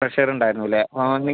പ്രഷറുണ്ടായിരുന്നൂലേ ആ